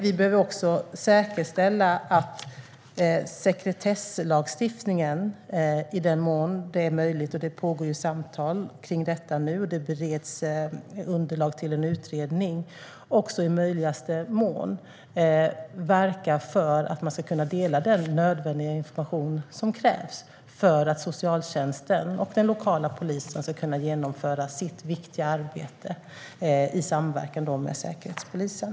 Vi behöver säkerställa att sekretesslagstiftningen i möjligaste mån - det pågår samtal om detta nu och bereds underlag till en utredning - verkar för att man ska kunna dela den nödvändiga information som krävs för att socialtjänsten och den lokala polisen ska kunna genomföra sitt viktiga arbete i samverkan med Säkerhetspolisen.